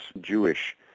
Jewish